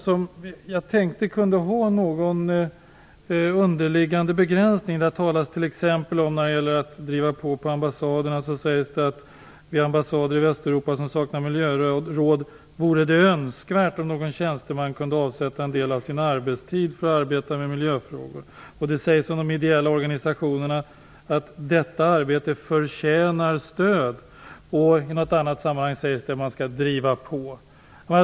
Jag tänkte därför att det kunde finnas en underliggande begränsning. Det talas t.ex. om att det vid ambassader i Västeuropa som saknar miljöråd vore "önskvärt" om någon tjänsteman kunde avsätta en del av sin arbetstid för arbete med miljöfrågor. Om de ideella organisationerna sägs att "detta arbete förtjänar stöd", och i något annat sammanhang sägs att man skall driva på.